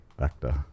actor